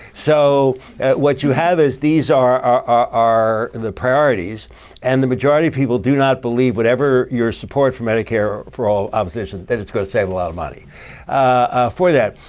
so what you have is these are are the priorities and the majority of people do not believe whatever your support for medicare, for all opposition, that it's going to save a lot of money for that.